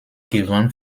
gewann